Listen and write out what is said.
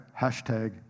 hashtag